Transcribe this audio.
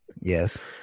Yes